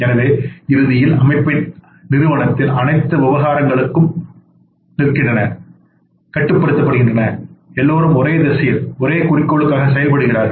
எனவே இறுதியில் அமைப்பின் நிறுவனத்தின் அனைத்து விவகாரங்களும் நிற்கின்றன கட்டுப்படுத்தப்படுகின்றன எல்லோரும் ஒரே திசையில் குறிக்கோளுக்காக செயல்படுகிறார்கள்